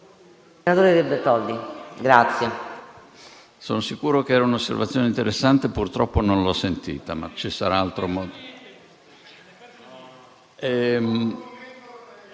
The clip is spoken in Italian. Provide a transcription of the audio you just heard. Sono sicuro che era un'osservazione interessante, ma purtroppo non l'ho sentita, ma ci sarà modo.